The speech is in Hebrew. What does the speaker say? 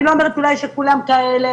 אני לא אומרת שכולם כאלה,